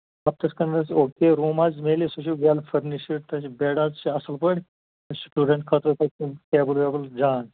ہَفتَس کھَنٛڈس او کے روٗم حظ میلہِ سُہ چھُ ویٚل فٔرنِشِڈ تَتہِ حظ چھِ بیٚڈ حظ چھِ اصٕل پٲٹھۍ تہٕ سِٹوٗڈنٛٹ خٲطرٕ تَتہِ تِم ٹیبٕل ویبٕل جان